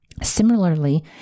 Similarly